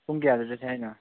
ꯄꯨꯡ ꯀꯌꯥꯗ ꯆꯠꯁꯦ ꯍꯥꯏꯔꯤꯅꯣ